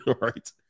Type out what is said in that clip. Right